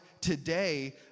today